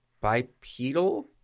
bipedal